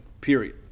period